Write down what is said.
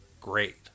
great